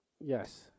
Yes